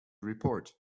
report